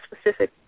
specific